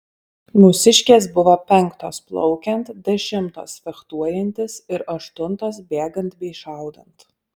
mūsiškės buvo penktos plaukiant dešimtos fechtuojantis ir aštuntos bėgant bei šaudant